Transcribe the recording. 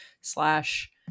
slash